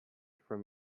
from